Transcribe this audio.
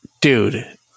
Dude